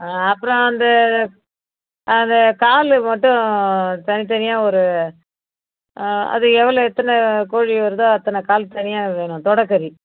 அப்புறம் அந்த அந்த கால் மட்டும் தனித்தனியாக ஒரு அது எவ்வளவு எத்தனை கோழி வருதோ அத்தனை கால் தனியாக வேணும் தொடைக்கறி